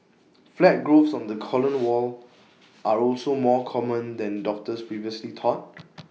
flat growths on the colon wall are also more common than doctors previously thought